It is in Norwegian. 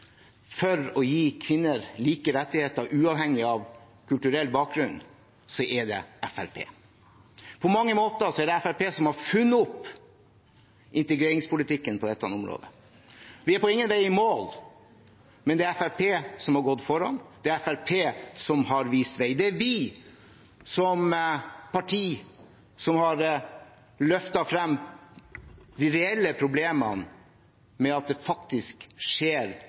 for å gi kvinner like rettigheter uavhengig av kulturell bakgrunn, er det Fremskrittspartiet. På mange måter er det Fremskrittspartiet som har funnet opp integreringspolitikken på dette området. Vi er på ingen måte i mål, men det er Fremskrittspartiet som har gått foran. Det er Fremskrittspartiet som har vist vei. Det er vi som parti som har løftet frem de reelle problemene med at det faktisk skjer